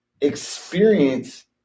experience